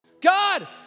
God